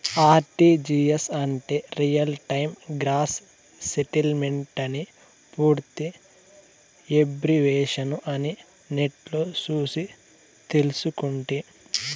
RTGS అంటే real time gross సెటిల్మెంటని పూర్తి ఎబ్రివేషను అని నెట్లో సూసి తెల్సుకుంటి